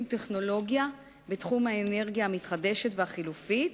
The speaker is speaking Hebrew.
טכנולוגיה בתחום האנרגיה המתחדשת והחלופית,